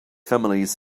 families